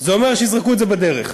זה אומר שיזרקו את זה בדרך.